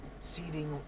seating